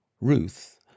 Ruth